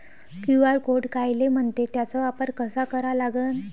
QR code कायले म्हनते, त्याचा वापर कसा करा लागन?